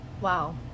Wow